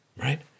right